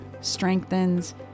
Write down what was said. strengthens